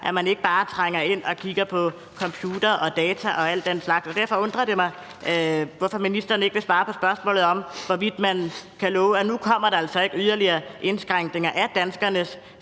at man ikke bare kan trænge ind og kigge på computere og data og den slags. Derfor undrer det mig, at ministeren ikke vil svare på spørgsmålet om, hvorvidt man kan love, at nu kommer der altså ikke yderligere indskrænkninger af danskernes